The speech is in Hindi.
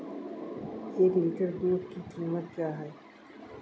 एक लीटर दूध की कीमत क्या है?